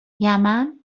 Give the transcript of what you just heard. یمن